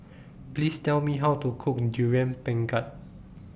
Please Tell Me How to Cook Durian Pengat